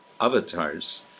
avatars